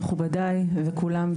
מכובדי וכולם,